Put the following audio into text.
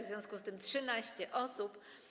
W związku z tym jest 13 osób.